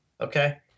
okay